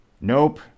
Nope